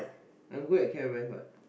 I'm good at chem and math what